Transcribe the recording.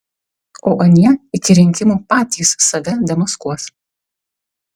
o anie iki rinkimų patys save demaskuos